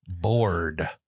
bored